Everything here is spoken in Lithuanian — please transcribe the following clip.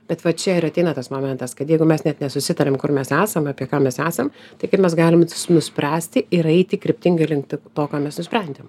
bet vat čia ir ateina tas momentas kad jeigu mes net nesusitariam kur mes esame apie ką mes esam tai kaip mes galim nuspręsti ir eiti kryptingai link to ką mes nusprendėm